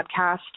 podcast